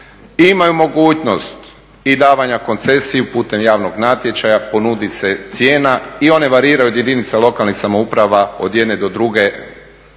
imaju mogućnost i davanja koncesije putem javnog natječaja, ponudi se cijena i one variraju od jedinica lokalnih samouprava, od jedne do druge,